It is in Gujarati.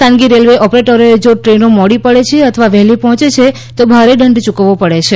ખાનગી રેલ્વે ઓપરેટરોએ જો ટ્રેનો મોડી પડે છે અથવા વહેલી પહોંચે છે તો ભારે દંડ યૂકવવો પડે છે